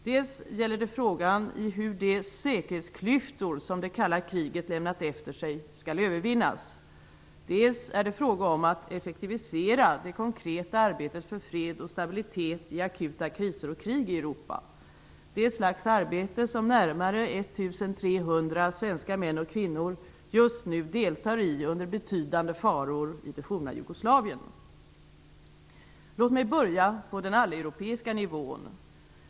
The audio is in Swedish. Det gäller dels frågan om hur de säkerhetsklyftor som det kalla kriget har lämnat efter sig skall övervinnas, dels är det fråga om att effektivisera det konkreta arbetet för fred och stabilitet i akuta kriser och krig i Europa. Det är ett slags arbete som närmare 1 300 svenska män och kvinnor just nu deltar i under betydande faror i det forna Jugoslavien. Låt mig börja på den alleuropeiska nivån.